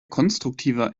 konstruktiver